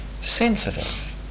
sensitive